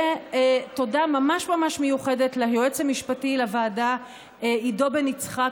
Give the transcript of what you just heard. ותודה ממש ממש מיוחדת ליועץ המשפטי לוועדה עידו בן יצחק,